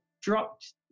dropped